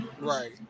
Right